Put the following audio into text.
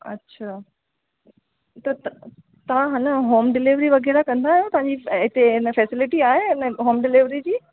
अच्छा त तव्हां आहे न होम डिलीवरी वग़ैरह कंदा आयो तव्हांजी हिते न फैसिलिटी आहे न होम डिलीवरी जी